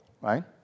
right